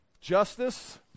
justice